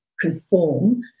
conform